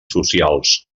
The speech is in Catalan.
socials